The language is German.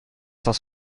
das